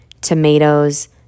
tomatoes